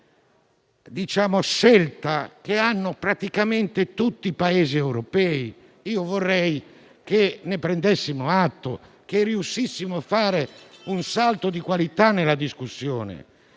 è una scelta che hanno fatto praticamente tutti i Paesi europei; io vorrei che ne prendessimo atto e che riuscissimo a fare un salto di qualità nella discussione.